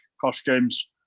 costumes